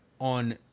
on